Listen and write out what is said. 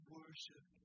worship